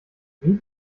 wie